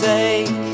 Take